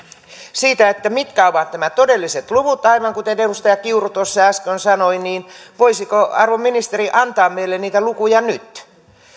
siitä mitkä ovat nämä todelliset luvut aivan kuten edustaja kiuru tuossa äsken kysyi voisiko arvon ministeri antaa meille niitä lukuja nyt